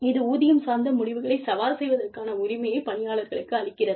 இதுஊதியம் சார்ந்தமுடிவுகளைச்சவால் செய்வதற்கான உரிமையை பணியாளர்களுக்கு அளிக்கிறது